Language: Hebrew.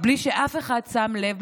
בלי שאף אחד שם לב,